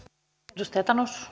arvoisa